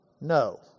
No